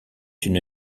une